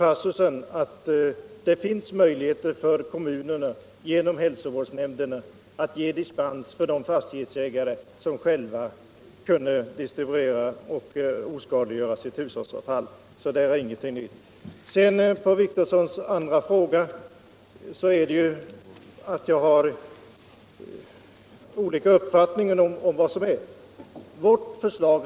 Herr talman! Det var ju ändå glädjande att höra att herr Wictorsson delar min uppfattning att det inte är något nytt i Kommunförbundets nya cirkulär. Med anledning av herr Wictorssons andra fråga vill jag säga att jag har en annan uppfattning.